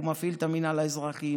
הוא מפעיל את המינהל האזרחי,